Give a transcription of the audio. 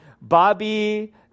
Bobby